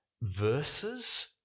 verses